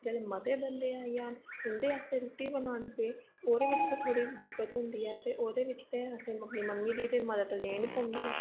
जेल्लै मते बंदे आई जान उंदे आस्तै रुट्टी बनानी पेई ओह्दे बिच्च ते थोह्ड़ी दिक्कत होंदी ऐ ते ओह्दे बिच्च ते असेंगी अपनी मम्मी दी मदद ते लैनी पौंदी ऐ